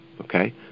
Okay